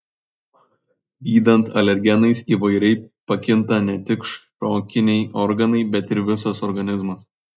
gydant alergenais įvairiai pakinta ne tik šokiniai organai bet ir visas organizmas